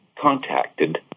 contacted